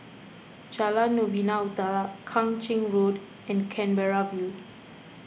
Jalan Novena Utara Kang Ching Road and Canberra View